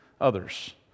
others